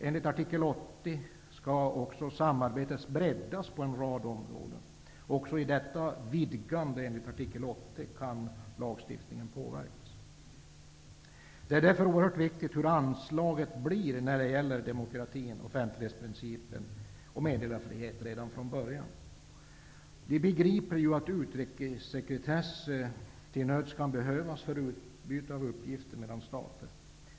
Enligt artikel 80 skall samarbetet breddas på en rad områden, och detta kan också påverka lagstiftningen. Det är därför oerhört viktigt hur anslaget när det gäller demokratin, offentlighetsprincipen och meddelarfriheten blir redan från början. Vi begriper ju att utrikessekretess till nöds kan behövas för utbyte av uppgifter mellan stater.